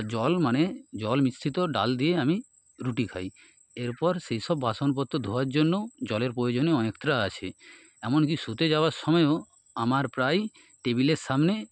জল মানে জল মিশ্রিত ডাল দিয়ে আমি রুটি খাই এরপর সেই সব বাসনপত্র ধোয়ার জন্যও জলের প্রয়োজনও অনেকটা আছে এমনকি শুতে যাওয়ার সময়ও আমার প্রায় টেবিলের সামনে